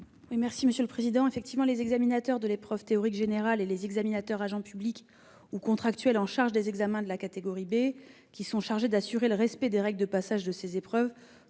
du Gouvernement ? Effectivement, les examinateurs de l'épreuve théorique générale et les examinateurs agents publics ou contractuels chargés des examens pratiques de la catégorie B, qui ont pour mission d'assurer le respect des règles de passage de ces épreuves,